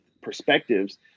perspectives